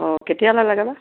অঁ কেতিয়ালৈ লাগে বা